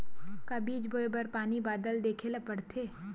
का बीज बोय बर पानी बादल देखेला पड़थे?